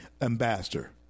ambassador